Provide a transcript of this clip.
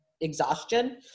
exhaustion